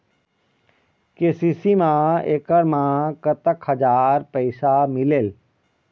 KCC मा एकड़ मा कतक हजार पैसा मिलेल?